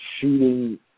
shooting